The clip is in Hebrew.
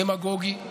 דמגוגי,